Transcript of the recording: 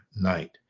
night